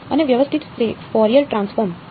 અને વ્યસ્ત Fourier transform લો